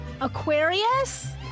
Aquarius